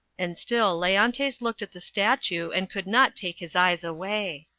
and still leontes looked at the statue and could not take his eyes away.